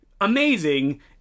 Amazing